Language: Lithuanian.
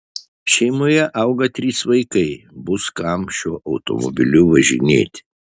šeimoje auga trys vaikai bus kam šiuo automobiliu važinėti